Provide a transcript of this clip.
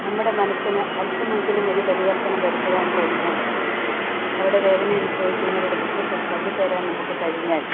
നമ്മടെ മനസ്സിന് അല്പമെങ്കിലും ഒരു പരിവർത്തനം വരുത്തുവാൻ കഴിഞ്ഞാൽ അവിടെ വേദന അനുഭവിക്കുന്നവരുടെ ദുഖത്തിൽ നമുക്ക് പങ്ക് ചേരാൻ കഴിഞ്ഞാൽ